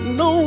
no